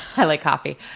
i like coffee.